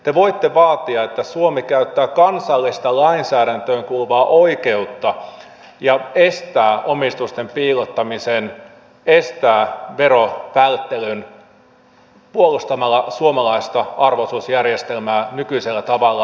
te voitte vaatia että suomi käyttää kansalliseen lainsäädäntöön kuuluvaa oikeutta ja estää omistusten piilottamisen estää verovälttelyn puolustamalla suomalaista arvo osuusjärjestelmää nykyisellä tavalla